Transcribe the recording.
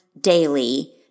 daily